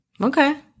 Okay